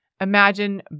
Imagine